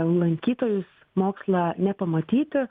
lankytojus mokslą ne pamatyti